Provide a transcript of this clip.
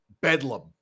Bedlam